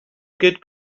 good